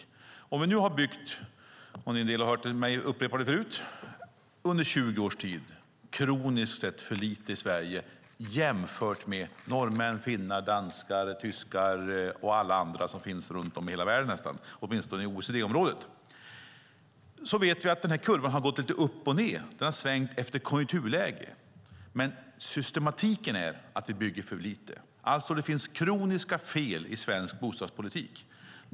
Vi har i Sverige under 20 års tid - en del av er har hört mig upprepa det förut - kroniskt byggt för lite jämfört med norrmän, finnar, danskar, tyskar och alla andra som finns runt om i hela världen nästan, åtminstone i OECD-området. Vi vet att den här kurvan har gått lite upp och ned, den har svängt efter konjunkturläge, men systematiken är att vi bygger för lite. Det finns alltså kroniska fel i svensk bostadspolitik.